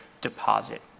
deposit